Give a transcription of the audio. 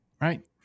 Right